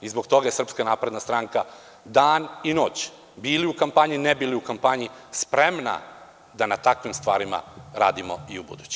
Zbog toga je Srpska napredna stranka dan i noć, bili u kampanji, ne bili u kampanji, spremna da na takvim stvarima radi i ubuduće.